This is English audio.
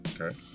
Okay